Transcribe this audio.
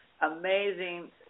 amazing